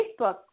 Facebook